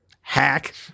hack